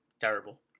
Terrible